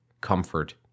comfort